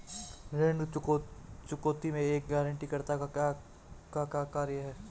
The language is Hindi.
ऋण चुकौती में एक गारंटीकर्ता का क्या कार्य है?